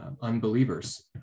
unbelievers